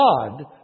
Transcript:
God